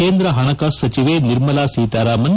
ಕೇಂದ್ರ ಹಣಕಾಸು ಸಚಿವೆ ನಿರ್ಮಲಾ ಸೀತಾರಾಮನ್